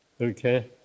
Okay